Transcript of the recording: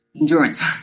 endurance